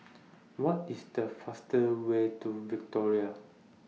What IS The fasterway to Victoria